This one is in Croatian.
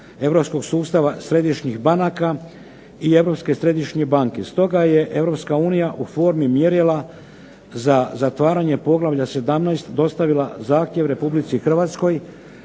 europskog sustava središnjih banaka i Europske središnje banke. Stoga je Europska unija u formi mjerila za zatvaranje poglavlja 17. dostavila zahtjev Republici Hrvatskoj